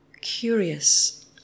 curious